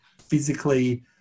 physically